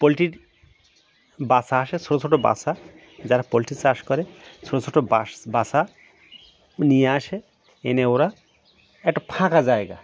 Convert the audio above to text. পোলট্রির বাচ্চা আসে ছোট ছোট বাচ্চা যারা পোলট্রির চাষ করে ছোট ছোট বাচ্চা নিয়ে আসে এনে ওরা একটা ফাঁকা জায়গা